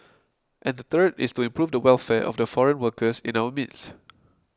and the third is to improve the welfare of the foreign workers in our midst